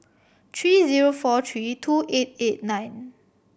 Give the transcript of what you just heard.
three zero four three two eight eight nine